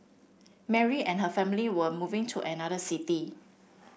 Mary and her family were moving to another city